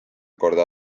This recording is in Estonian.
korda